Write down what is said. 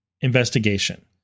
investigation